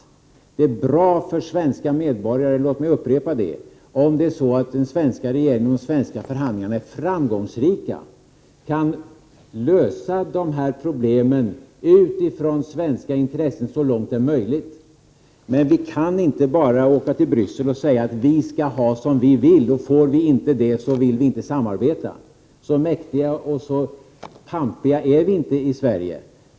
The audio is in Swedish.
Det är bra för svenska medborgare'— låt mig upprepa det — om den svenska regeringen och de svenska förhandlarna är framgångsrika och kan lösa dessa problem utifrån svenska intressen så långt det är möjligt. Vi kan emellertid inte bara åka till Bryssel och säga att vi skall få som vi vill och om vi inte får det så vill vi inte samarbeta. Så mäktiga och pampiga är vi inte i Sverige.